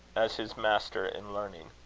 as his master in learning.